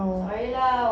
oh